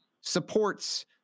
supports